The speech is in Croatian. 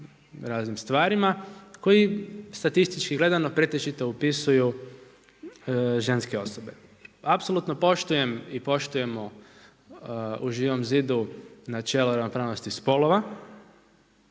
raznim stvarima koji statistički gledano pretežito upisuju ženske osobe. Apsolutno poštujem i poštujemo u Živom zidu načelo ravnopravnosti spolova,